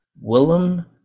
Willem